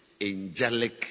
angelic